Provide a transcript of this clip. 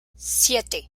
siete